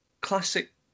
classic